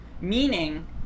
Meaning